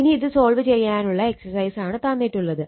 ഇനി ഇത് സോൾവ് ചെയ്യാനുള്ള എക്സസൈസാണ് തന്നിട്ടുള്ളത്